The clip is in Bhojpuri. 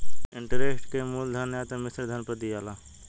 इंटरेस्ट रेट के मूलधन या त मिश्रधन पर दियाला